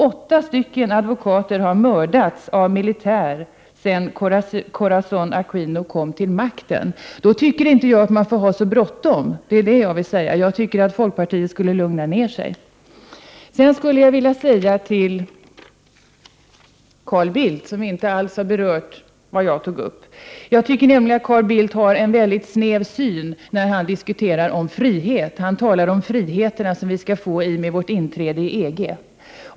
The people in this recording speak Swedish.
Åtta advokater har mördats av militär sedan Corazön Aquino kom till makten. Då tycker inte jag att man får ha så bråttom. Det är det som jag vill säga. Jag anser att folkpartiet borde lugna ned sig. Sedan skulle jag vilja säga några ord till Carl Bildt, som inte alls har berört vad jag tog upp. Jag tycker att Carl Bildt har en mycket snäv syn när han diskuterar frihet. Han talar om frihet som vi skall få när vi inträder i EG.